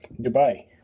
Dubai